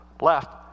left